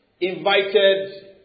invited